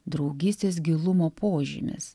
draugystės gilumo požymis